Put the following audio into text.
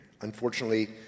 Unfortunately